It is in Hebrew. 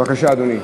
בבקשה, אדוני.